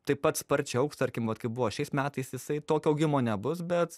taip pat sparčiai augs tarkim vat kaip buvo šiais metais jisai tokio augimo nebus bet